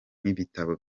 n’ibitabo